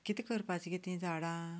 कितें करपाचीं गे तीं झाडां